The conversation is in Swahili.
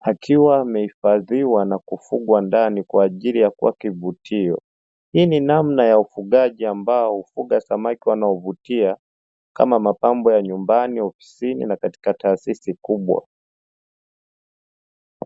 akiwa amehifdhiwa na kufugwa ndani kwa ajili ya kuwa kivutio, hii ni namna ya ufugaji ambayo hufuga samaki wanaovutia kama mapambo ya nyumbani ofisini na katika taasisi kubwa.